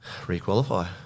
Requalify